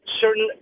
certain